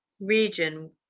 region